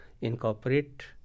incorporate